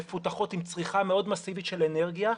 מפותחות, עם צריכה מאוד מסיבית של אנרגיה,